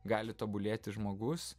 gali tobulėti žmogus